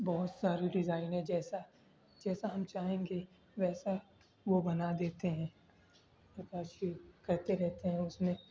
بہت ساری ڈیزائنیں جیسا جیسا ہم چاہیں گے ویسا وہ بنا دیتے ہیں نقاشی کرتے رہتے ہیں اس میں